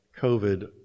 COVID